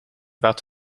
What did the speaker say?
werd